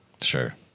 sure